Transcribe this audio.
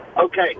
Okay